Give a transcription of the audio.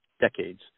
decades